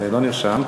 לא נרשמת.